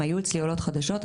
היו אצלי עולות חדשות.